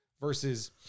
Versus